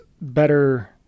better